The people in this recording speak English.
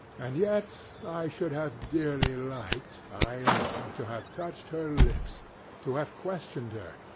and yet i should have dearly liked, i own, to have touched her lips to have questioned her,